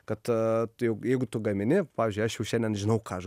kad jeigu tu gamini pavyzdžiui aš jau šiandien žinau ką aš